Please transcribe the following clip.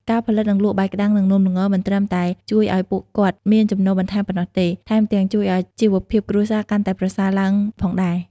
ការផលិត និងលក់បាយក្ដាំង និងនំល្ង មិនត្រឹមតែជួយឲ្យពួកគាត់មានចំណូលបន្ថែមប៉ុណ្ណោះទេ ថែមទាំងជួយឲ្យជីវភាពគ្រួសារកាន់តែប្រសើរឡើងផងដែរ។